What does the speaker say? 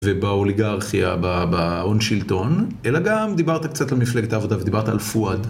ובאוליגרכיה, בהון שלטון, אלא גם דיברת קצת על מפלגת העבודה ודיברת על פואד.